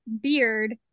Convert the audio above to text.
beard